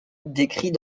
décrit